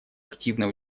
активное